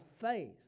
faith